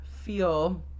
feel